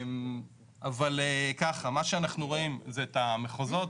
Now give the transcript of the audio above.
מה שאנחנו רואים זה את המחוזות.